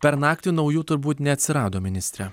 per naktį naujų turbūt neatsirado ministre